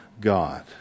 God